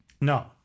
No